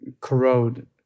corrode